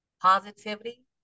positivity